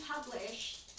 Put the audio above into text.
published